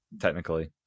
technically